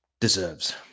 deserves